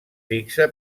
fixe